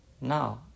Now